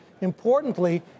importantly